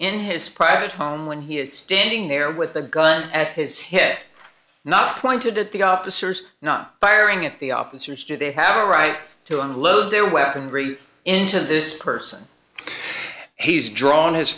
in his private home when he is standing there with a gun at his hit not pointed at the officers not firing at the officers do they have a right to unload their weaponry into this person he's drawn his